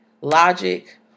logic